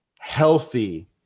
healthy